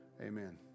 Amen